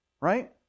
Right